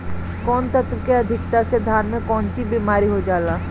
कौन तत्व के अधिकता से धान में कोनची बीमारी हो जाला?